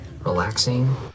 relaxing